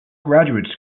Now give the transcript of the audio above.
graduates